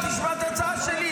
תשמע את ההצעה שלי,